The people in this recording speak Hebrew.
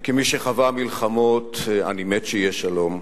כמי שחווה מלחמות, אני מת שיהיה שלום,